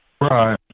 Right